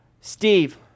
Steve